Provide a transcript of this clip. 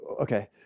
okay